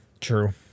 True